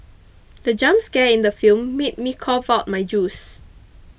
the jump scare in the film made me cough out my juice